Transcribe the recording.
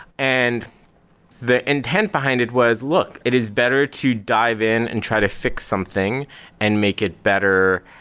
and the intent behind it was look, it is better to dive in and try to fix something and make it better,